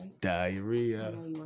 diarrhea